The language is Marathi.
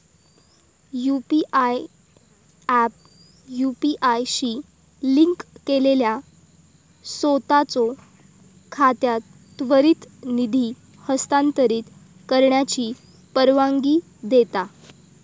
यू.पी.आय ऍप यू.पी.आय शी लिंक केलेल्या सोताचो खात्यात त्वरित निधी हस्तांतरित करण्याची परवानगी देता